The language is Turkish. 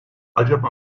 acaba